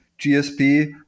GSP